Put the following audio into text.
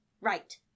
right